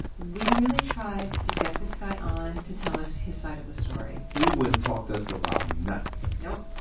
we really tried to get this guy on to tell us his side of the story he wouldn't talk to us about nothing nope,